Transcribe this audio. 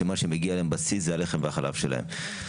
שמה שמגיע להם בסיס זה הלחם והחלב שלהם.